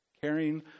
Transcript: Caring